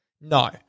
No